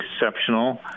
exceptional